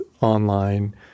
online